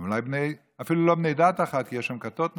הם אפילו לא בני דת אחת, כי יש שם כיתות שונות.